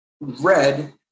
red